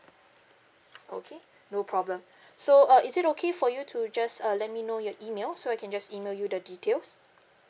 okay no problem so uh is it okay for you to just uh let me know your email so I can just email you the details